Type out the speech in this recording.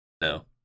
no